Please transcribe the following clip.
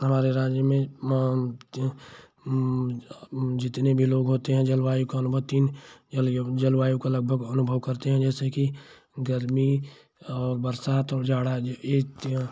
हमारे राज्य में जितने भी लोग होते हैं जलवायु जल जल वायु को लगभग अनुभव करते हैं जैसे कि गर्मी बरसात और जाड़ा जो